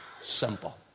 Simple